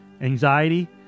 anxiety